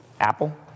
Apple